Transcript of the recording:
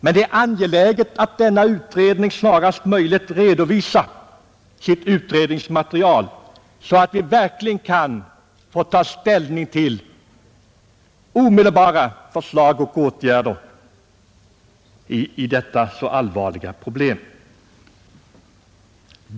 Det är angeläget att denna utredning mycket snart redovisar sitt material, så att vi verkligen kan ta ställning till förslag till omedelbara åtgärder i detta så allvarliga problem.